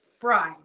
fried